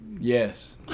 Yes